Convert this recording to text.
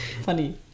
Funny